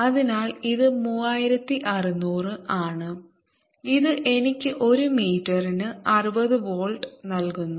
അതിനാൽ ഇത് 3600 ആണ് ഇത് എനിക്ക് ഒരു മീറ്ററിന് 60 വോൾട്ട് നൽകുന്നു